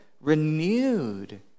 renewed